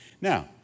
Now